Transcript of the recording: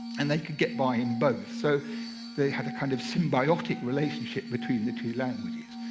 and they could get by in both. so they had a kind of symbiotic relationship between the two languages.